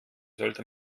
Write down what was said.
sollte